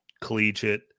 collegiate